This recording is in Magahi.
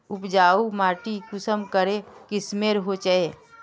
उपजाऊ माटी कुंसम करे किस्मेर होचए?